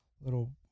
little